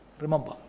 remember